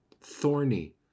thorny